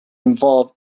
involve